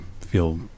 feel